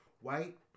white